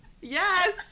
yes